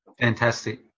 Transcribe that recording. Fantastic